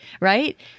right